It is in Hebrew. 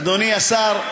אדוני השר,